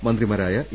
മന്ത്രിമാരായ എ